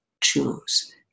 choose